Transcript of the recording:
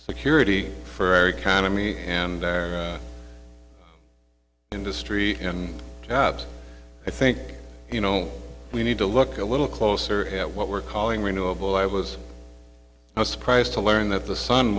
security for our economy and their industry and jobs i think you know we need to look a little closer at what we're calling renewable i was surprised to learn that the sun